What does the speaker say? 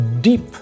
deep